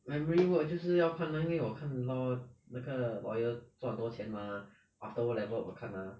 memory work 就是要看 lor 因为我看 law 那个 lawyer 赚多钱 mah after O level 我看 ah